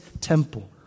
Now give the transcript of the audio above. temple